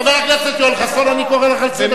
חבר הכנסת יואל חסון, אני קורא לך לסדר פעם שנייה.